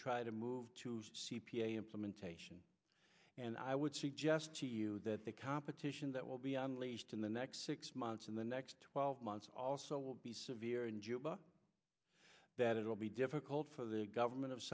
try to move to c p a implementation and i would suggest that the competition that will be unleashed in the next six months in the next twelve months also will be severe in juba that it will be difficult for the government of